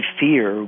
fear